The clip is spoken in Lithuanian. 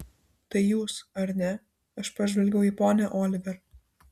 tai jūs ar ne aš pažvelgiau į ponią oliver